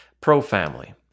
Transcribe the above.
Pro-family